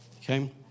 Okay